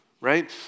right